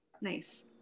Nice